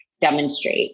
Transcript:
demonstrate